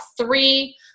three